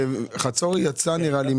חצור יצאה עכשיו,